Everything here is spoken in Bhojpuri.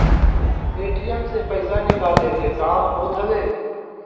ए.टी.एम से पईसा निकाले के काम होत हवे